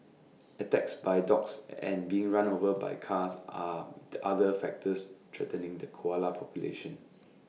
attacks by dogs and being run over by cars are the other factors threatening the koala population